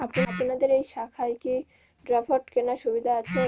আপনাদের এই শাখায় কি ড্রাফট কেনার সুবিধা আছে?